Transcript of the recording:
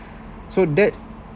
so that